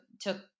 took